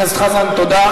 חבר הכנסת חזן, תודה רבה.